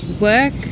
work